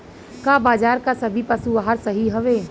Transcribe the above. का बाजार क सभी पशु आहार सही हवें?